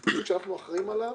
הוא שוק שאנחנו אחראים עליו